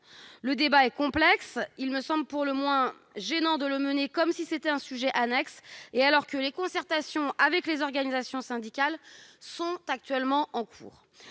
le débat est complexe. Il me semble pour le moins gênant de le mener comme s'il s'agissait d'un sujet annexe, alors même que les concertations avec les organisations syndicales sont en cours.